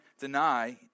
deny